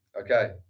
Okay